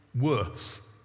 worse